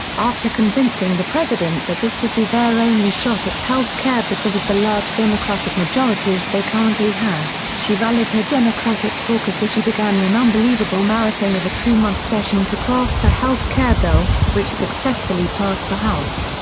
after convincing the president that this would be their only shot at health care because of the large democratic majorities they currently had, she rallied her democratic caucus as she began an unbelievable marathon of a two month session to craft the health care bill, which successfully passed the house.